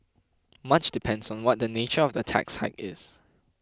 much depends on what the nature of the tax hike is